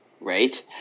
Right